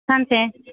सानसे